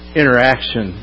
interaction